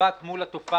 במאבק מול התופעה.